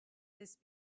this